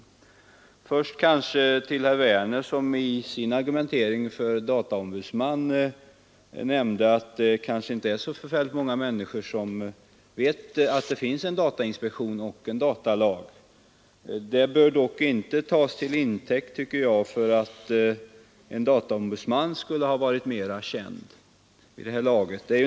Till att börja med skall jag vända mig till herr Werner i Malmö, som i sin argumentering för dataombudsman nämnde att det är många människor som inte vet att det finns en datainspektion och en datalag. Det bör dock inte tas till intäkt för att en dataombudsman skulle ha varit mer känd vid det här laget.